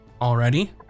Already